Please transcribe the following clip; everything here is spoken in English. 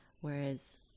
whereas